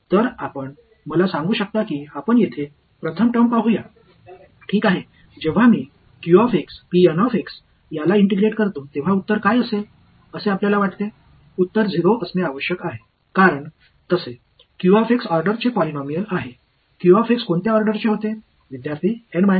எனவே நான் இந்த முழு விஷயத்தையும் ஒருங்கிணைக்கப் போகிறேன் இவை ஒருபோதும் காலவரையற்ற ஒருங்கிணைப்புகள் அல்ல என்பதை நினைவில் கொள்ளுங்கள் இவை எப்போதும் திட்டவட்டமான ஒருங்கிணைப்புகள்